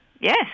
Yes